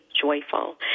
joyful